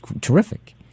terrific